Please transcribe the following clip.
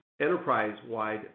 enterprise-wide